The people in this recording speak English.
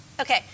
Okay